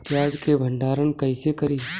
प्याज के भंडारन कईसे करी?